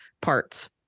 parts